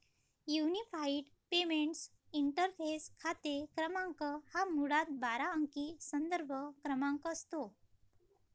unified payments interface खाते क्रमांक हा मुळात बारा अंकी संदर्भ क्रमांक असतो